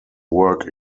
work